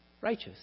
righteous